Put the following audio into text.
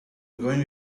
going